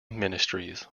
ministries